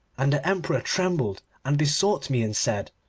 and the emperor trembled, and besought me and said,